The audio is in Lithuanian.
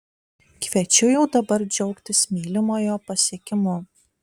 kviečiu jau dabar džiaugtis mylimojo pasiekimu